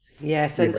Yes